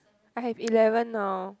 I have eleven now